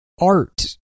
art